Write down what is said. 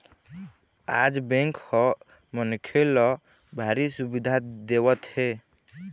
आज बेंक ह मनखे ल भारी सुबिधा देवत हे